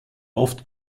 oft